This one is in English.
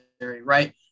right